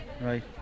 Right